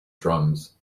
drums